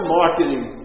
marketing